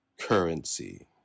currency